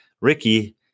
Ricky